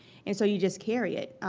and so you just carry it,